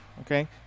Okay